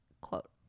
quote